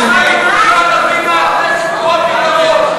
יושבים או ישבו ארבעה שרים ללא תיק,